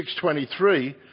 6.23